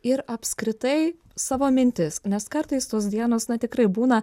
ir apskritai savo mintis nes kartais tos dienos na tikrai būna